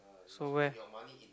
so where